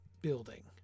building